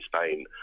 Spain